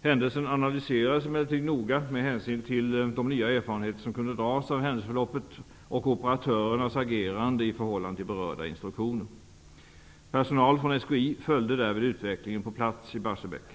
Händelsen analyserades emellertid noga med hänsyn till de nya erfarenheter som kunde dras av händelseförloppet och operatörernas agerande i förhållande till berörda instruktioner. Personal från SKI följde därvid utvecklingen på plats i Barsebäck.